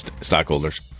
Stockholders